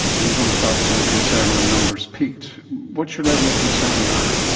and you'd only start becoming concerned when numbers peaked. what's your level of concern now?